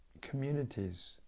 communities